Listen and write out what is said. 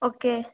okay